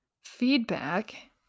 feedback